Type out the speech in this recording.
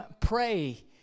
pray